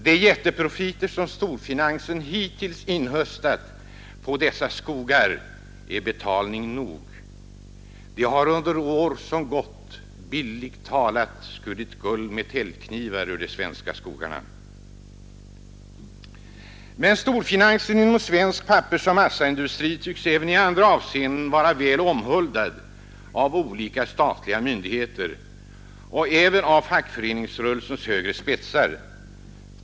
De jätteprofiter som storfinansen hittills inhöstat på dessa skogar är betalning nog. Den har under år som gått bildligt talat skurit guld med täljknivar ur de svenska skogarna. Men storfinansen inom svensk pappersoch massaindustri tycks även i andra avseenden vara väl omhuldad av olika statliga myndigheter och även av fackföreningsrörelsens spetsar.